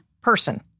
person